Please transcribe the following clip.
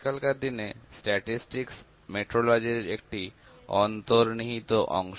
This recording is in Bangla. আজকালকার দিনে স্ট্যাটিসটিকস মেট্রোলজি র একটি অন্তর্নিহিত অংশ